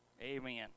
Amen